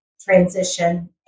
transition